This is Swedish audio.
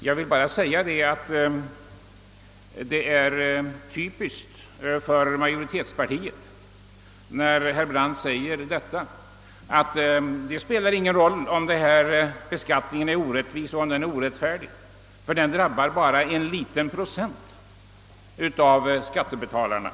Jag vill bara anföra att det är typiskt för majoritetspartiet när herr Brandt säger, att det inte spelar någon roll om den nu föreslagna beskattningen är orättvis och orättfärdig, eftersom den bara drabbar en obetydlig procent av skattebetalarna.